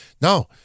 no